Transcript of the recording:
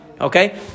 Okay